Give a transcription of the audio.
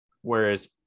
Whereas